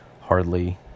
hardly